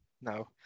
No